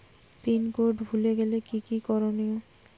Pin code ভুলে গেলে কি কি করনিয়?